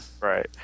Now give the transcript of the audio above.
Right